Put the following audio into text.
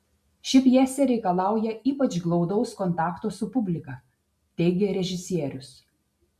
ši pjesė reikalauja ypač glaudaus kontakto su publika teigė režisierius